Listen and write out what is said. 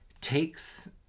Takes